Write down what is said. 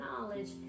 knowledge